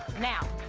now,